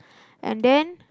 and then